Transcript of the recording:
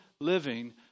living